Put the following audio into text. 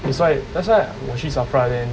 that's why that's why 我去 SAFRA then